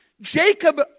Jacob